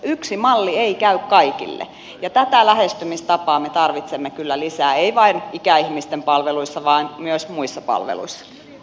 yksi malli ei käy kaikille ja tätä lähestymistapaa me tarvitsemme kyllä lisää emme vain ikäihmisten palveluissa vaan myös muissa palveluissa